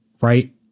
right